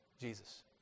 Jesus